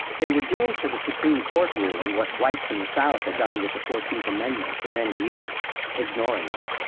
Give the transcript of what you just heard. they were doing to the supreme court ruling what whites in the south had done with the fourteenth amendment for many years ignoring it.